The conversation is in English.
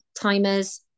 timers